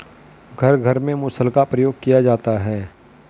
घर घर में मुसल का प्रयोग किया जाता है